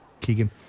Keegan